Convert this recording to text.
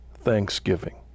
thanksgiving